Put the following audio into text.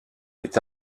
est